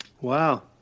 Wow